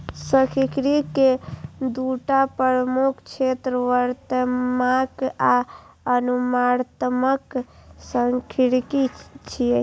सांख्यिकी के दूटा प्रमुख क्षेत्र वर्णनात्मक आ अनुमानात्मक सांख्यिकी छियै